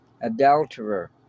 adulterer